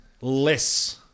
less